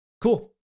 Cool